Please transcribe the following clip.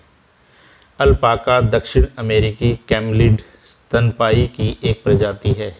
alpaca दक्षिण अमेरिकी camelid स्तनपायी की एक प्रजाति है